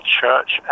church